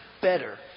better